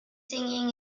singing